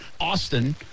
Austin